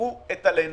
תפתחו את הלינה.